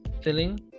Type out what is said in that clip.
filling